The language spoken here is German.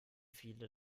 viele